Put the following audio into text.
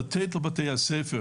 לתת לבתי הספר